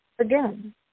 again